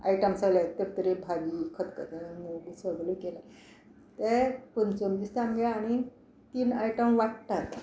items सगले तरतरे भाजी खतखतें मूग सगले केले ते पंचम दिसा आमगे आनी तीन आयटम वाडटात